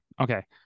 Okay